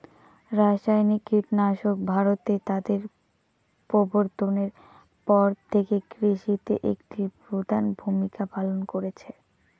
রাসায়নিক কীটনাশক ভারতে তাদের প্রবর্তনের পর থেকে কৃষিতে একটি প্রধান ভূমিকা পালন করেছে